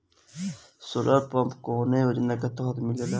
Solar pump कौने योजना के तहत मिलेला?